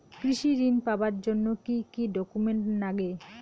কৃষি ঋণ পাবার জন্যে কি কি ডকুমেন্ট নাগে?